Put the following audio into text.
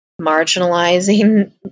marginalizing